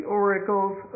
oracles